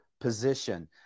position